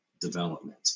development